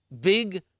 big